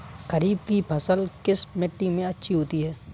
खरीफ की फसल किस मिट्टी में अच्छी होती है?